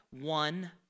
One